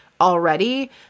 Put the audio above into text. already